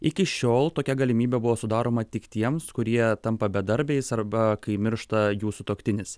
iki šiol tokia galimybė buvo sudaroma tik tiems kurie tampa bedarbiais arba kai miršta jų sutuoktinis